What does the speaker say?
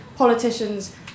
politicians